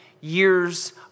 years